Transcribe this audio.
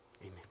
amen